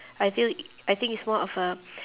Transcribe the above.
I feel I think it's more of a